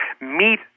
Meet